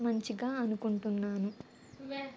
మంచిగా అనుకుంటున్నాను